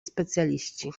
specjaliści